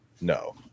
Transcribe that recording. No